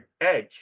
Edge